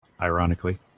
Ironically